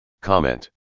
Comment